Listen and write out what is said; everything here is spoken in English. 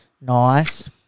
Nice